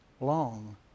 long